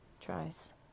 tries